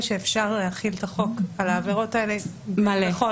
שאפשר להחיל את החוק על העבירות האלה בכל